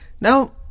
now